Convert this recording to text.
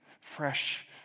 fresh